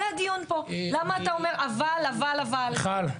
זה הדיון פה, למה אתה אומר, אבל, אבל, אבל?